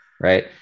Right